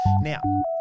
Now